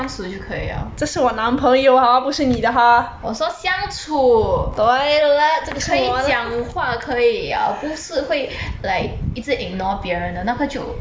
我说相处可以讲话可以互是会 like 一直 ignore 别人的那个就 mm